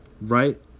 Right